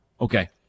Okay